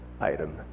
item